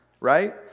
right